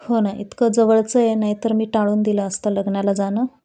हो ना इतकं जवळचं आहे नाही तर मी टाळून दिलं असतं लग्नाला जाणं